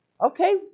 Okay